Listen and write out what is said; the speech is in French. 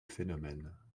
phénomène